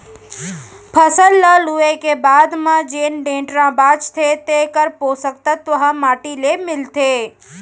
फसल ल लूए के बाद म जेन डेंटरा बांचथे तेकर पोसक तत्व ह माटी ले मिलथे